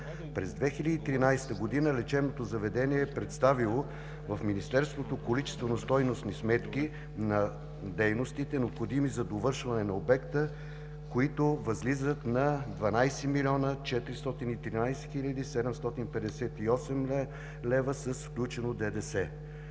През 2013 г. лечебното заведение е представило в Министерството количествено-стойностни сметки на дейностите, необходими за довършване на обекта, които възлизат на 12 млн. 413 хил. 758 лв. с включено ДДС.”